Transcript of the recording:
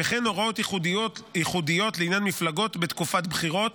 וכן הוראות ייחודיות לעניין מפלגות בתקופת בחירות,